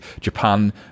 Japan